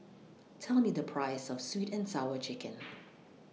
Tell Me The Price of Sweet and Sour Chicken